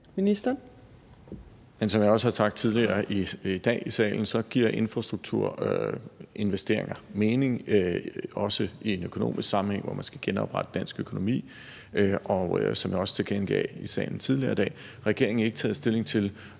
Som jeg har sagt i salen tidligere i dag, giver infrastrukturinvesteringer også mening i en økonomisk sammenhæng, hvor man skal genoprette dansk økonomi. Og som jeg også tilkendegav i salen tidligere i dag, har regeringen ikke taget stilling til,